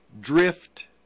drift